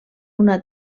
una